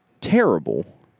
terrible